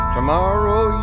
Tomorrow